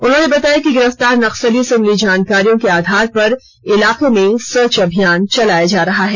उन्होंने बताया कि गिरफ्तार नक्सली से मिली जानकारियों के आधार पर इलाके में सर्च अभियान चलाया जा रहा है